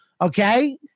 Okay